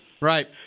Right